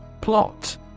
Plot